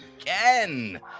again